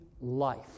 life